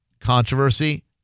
controversy